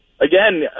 again